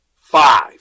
five